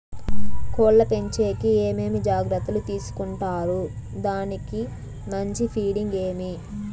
కోళ్ల పెంచేకి ఏమేమి జాగ్రత్తలు తీసుకొంటారు? దానికి మంచి ఫీడింగ్ ఏమి?